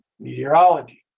meteorology